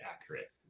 accurate